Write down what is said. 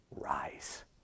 Rise